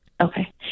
Okay